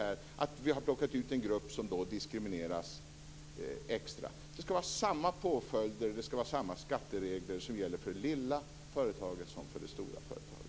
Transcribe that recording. Vi har alltså plockat ut en grupp som diskrimineras extra. Det ska vara samma påföljder och samma skatteregler för både det lilla och det stora företaget.